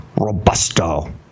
robusto